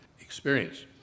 experience